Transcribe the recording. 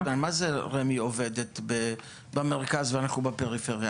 מה זה רמי"י עובדת במרכז ואנחנו בפריפריה?